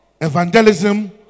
Evangelism